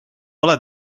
ole